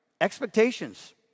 Expectations